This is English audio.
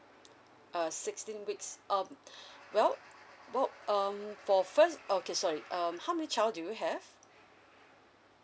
uh sixteen weeks uh well well um for first okay sorry um how many child do you have